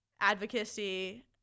advocacy